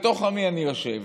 בתוך עמי אני יושב,